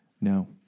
No